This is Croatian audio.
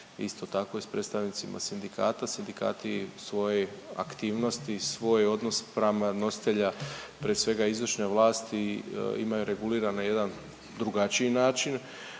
isto tako i s predstavnicima sindikati. Sindikati svoje aktivnosti, svoj odnos spram nositelja, prije svega, izvršne vlasti imaju reguliran na jedan drugačiji način.